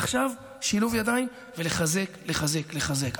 עכשיו, שילוב ידיים ולחזק, לחזק ולחזק.